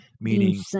meaning